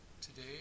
today